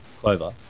clover